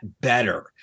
better